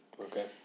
Okay